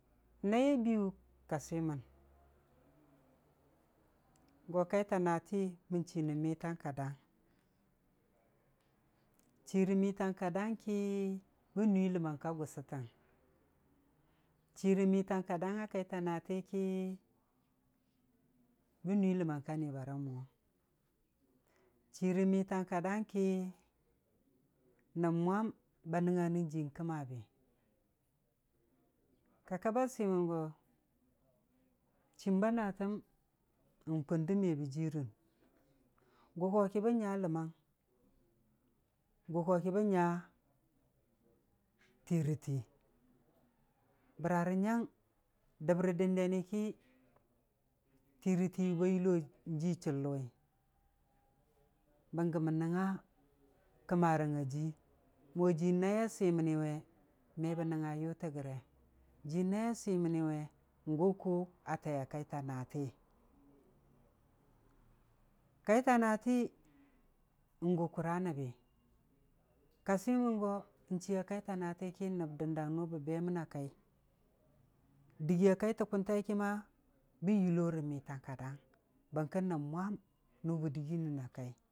Naiya biyu ka swimən go kaita naati mən chii nən mitang ka daang, chii rə mitang ka daang ki bən nuii ləmmang ka gʊsʊtəng, chii rə mitang ka daang a kaita naati ki bən nuii ləmang ka nibara mʊwʊng, chii rə mitang ka daang ki nəb mwan ba nəngnga jiin kəma ba. Ka kaba swimən go, chiim ba naatəm n'kun də me bə jiirən, gʊ ko ki bən ləmmang, gʊ ko ki bən nya tiira tii, bəra rə nyang, dəb rə dəndeni ki, tiira tii hi ba yullo n'jii chəllʊwi, bənggə mən nəngnga kəmarang a jii, mo jiin naaiya swiməni we, me bən nəngnga yʊtə gəre, jii naaiya swiməni we n'gʊ lu a taiya kaita naati, kaita naati n'gʊ kʊra nəbbi, ka swimən go n'chiiya kaita naati ki nəb dəndang nʊ bə be məna kai, dɨgiiya kaita kʊntai ki ma, bən yullo rə mitang ka daang, bər kə nəb mwan, nʊba dɨgii nən a kai.